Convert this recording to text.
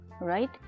right